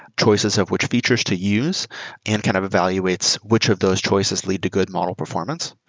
choices of which features to use and kind of evaluates which of those choices lead to good model performance.